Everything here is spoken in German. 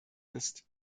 ist